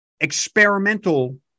experimental